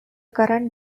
current